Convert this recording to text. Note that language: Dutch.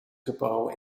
gebouw